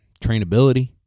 trainability